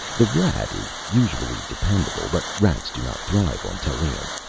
the rat is usually dependable, but rats do not thrive on tallien.